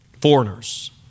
Foreigners